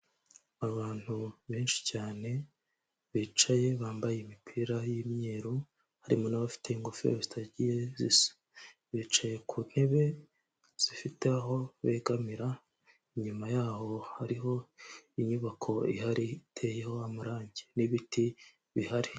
Abantu benshi cyane bicaye bambaye imipira y'umweru harimo n'abafite ingofero zitagiye zisa, bicaye ku ntebe zifite aho begamira, inyuma yaho hariho inyubako ihari iteyeho amarange n'ibiti bihari.